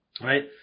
Right